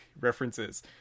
references